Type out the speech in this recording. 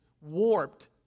warped